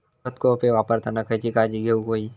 खत कोळपे वापरताना खयची काळजी घेऊक व्हयी?